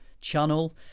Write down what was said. channel